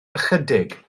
ychydig